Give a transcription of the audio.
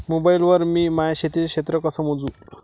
Mobile वर मी माया शेतीचं क्षेत्र कस मोजू?